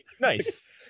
nice